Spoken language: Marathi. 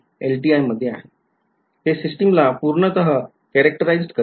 ते सिस्टिम ला पूर्णतः वैशिष्ट्यीकृत करते